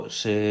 se